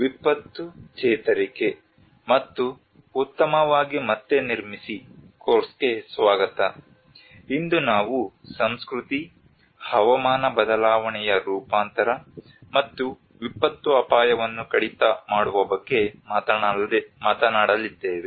ವಿಪತ್ತು ಚೇತರಿಕೆ ಮತ್ತು ಉತ್ತಮವಾಗಿ ಮತ್ತೆ ನಿರ್ಮಿಸಿ ಕೋರ್ಸ್ಗೆ ಸ್ವಾಗತ ಇಂದು ನಾವು ಸಂಸ್ಕೃತಿ ಹವಾಮಾನ ಬದಲಾವಣೆಯ ರೂಪಾಂತರ ಮತ್ತು ವಿಪತ್ತು ಅಪಾಯವನ್ನು ಕಡಿತ ಮಾಡುವ ಬಗ್ಗೆ ಮಾತನಾಡಲಿದ್ದೇವೆ